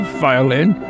violin